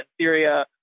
Syria